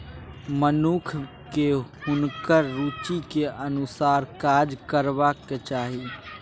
मनुखकेँ हुनकर रुचिक अनुसारे काज करबाक चाही